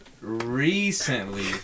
recently